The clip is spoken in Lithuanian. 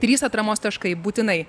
trys atramos taškai būtinai